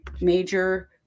Major